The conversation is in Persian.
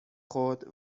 خود